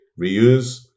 reuse